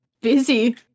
busy